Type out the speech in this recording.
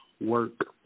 work